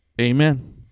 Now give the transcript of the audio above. Amen